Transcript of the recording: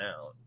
out